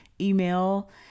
Email